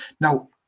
Now